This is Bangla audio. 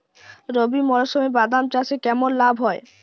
রবি মরশুমে বাদাম চাষে কেমন লাভ হয়?